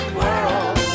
world